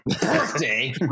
Birthday